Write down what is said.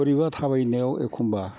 बोरैबा थाबायनायाव एखम्बा